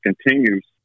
continues